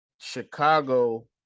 Chicago